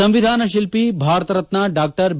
ಸಂವಿಧಾನಶಿಲ್ಪಿ Bharat Ratna Dr B